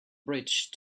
bridge